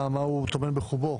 הוא מה הוא טומן בחובו?